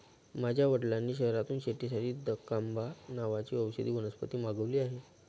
माझ्या वडिलांनी शहरातून शेतीसाठी दकांबा नावाची औषधी वनस्पती मागवली आहे